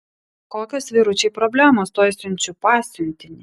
kokios vyručiai problemos tuoj siunčiu pasiuntinį